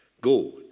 Go